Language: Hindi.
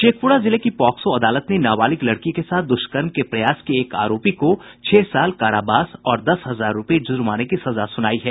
शेखपुरा जिले की पॉक्सो अदालत ने नाबालिग लड़की के साथ दुष्कर्म के प्रयास के एक आरोपी को छह साल कारावास और दस हजार रूपये जुर्माने की सजा सुनायी है